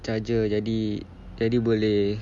charger jadi jadi boleh